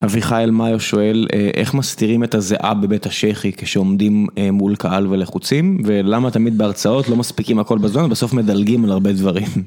אביחיל מאיו שואל איך מסתירים את הזיעה בבית השחי כשעומדים מול קהל ולחוצים ולמה תמיד בהרצאות לא מספיקים הכל בזמן ובסוף מדלגים על הרבה דברים.